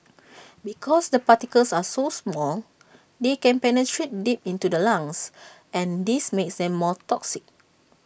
because the particles are so small they can penetrate deep into the lungs and this makes them more toxic